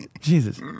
Jesus